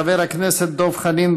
חבר הכנסת דב חנין,